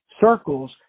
circles